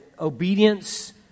obedience